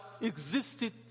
existed